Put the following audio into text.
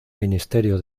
ministerio